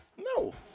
No